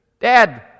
Dad